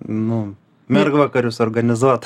nu mergvakarius organizuot